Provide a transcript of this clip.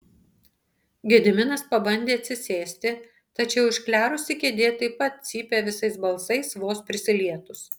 gediminas pabandė atsisėsti tačiau išklerusi kėdė taip pat cypė visais balsais vos prisilietus